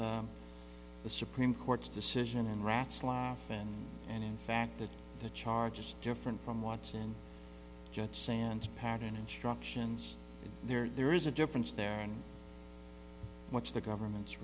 the supreme court's decision and rach life and and in fact that the charge is different from watching judge sans pattern instructions there is a difference there and watch the government's